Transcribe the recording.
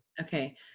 Okay